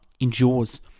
endures